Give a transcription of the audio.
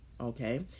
okay